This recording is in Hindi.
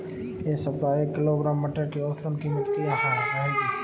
इस सप्ताह एक किलोग्राम मटर की औसतन कीमत क्या रहेगी?